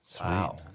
Wow